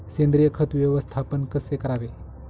सेंद्रिय खत व्यवस्थापन कसे करावे?